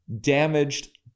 damaged